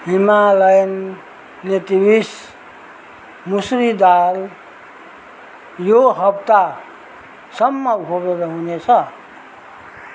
Himalayan natives मुसुरी दाल यो हप्तासम्म उपलब्ध हुनेछ